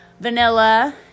vanilla